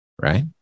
right